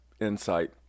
insight